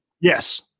Yes